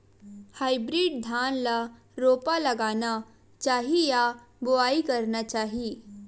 Hybrid धान ल रोपा लगाना चाही या बोआई करना चाही?